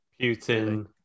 Putin